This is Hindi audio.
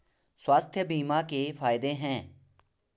स्वास्थ्य बीमा के फायदे हैं?